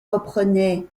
reprenait